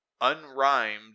Unrhymed